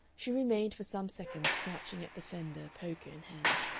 she remained for some seconds crouching at the fender, poker in hand.